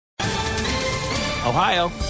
Ohio